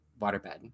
waterbed